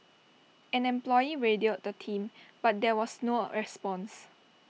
an employee radioed the team but there was no response